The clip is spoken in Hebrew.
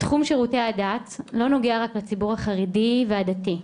תחום שירות הדת לא נוגע רק לציבור החרדי והדתי.